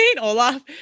Olaf